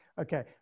Okay